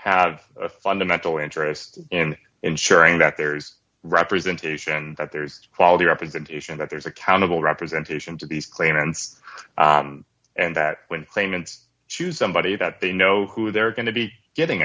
have a fundamental interest in ensuring that there's representation that there's quality represent is that there's accountable representation to these claimants and that when claimants choose somebody that they know who they're going to be getting